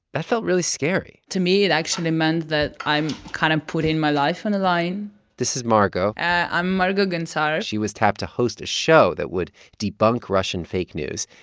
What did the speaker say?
that felt really scary to me, it actually meant that i'm kind of putting my life on the line this is margo i'm margo gontar but she was tapped to host a show that would debunk russian fake news.